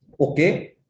okay